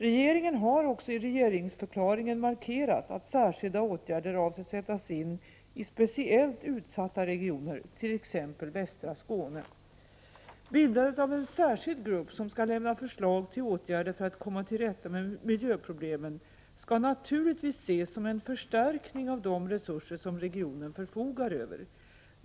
Regeringen har också i regeringsdeklarationen markerat att särskilda åtgärder avses sättas in i speciellt utsatta regioner, t.ex. västra Skåne. Bildandet av en särskild grupp som skall lämna förslag till åtgärder för att komma till rätta med miljöproblemen skall naturligtvis ses som en förstärkning av de resurser som regionen förfogar över.